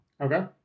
Okay